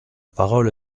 parole